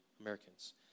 Americans